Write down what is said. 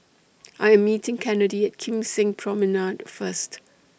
I Am meeting Kennedy At Kim Seng Promenade First